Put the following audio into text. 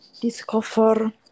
discover